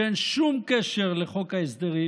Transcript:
שאין שום קשר לחוק ההסדרים